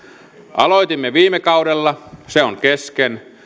aloitimme viime kaudella se on kesken